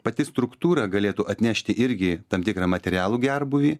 pati struktūra galėtų atnešti irgi tam tikrą materialų gerbūvį